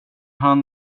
han